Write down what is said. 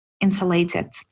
insulated